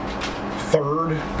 third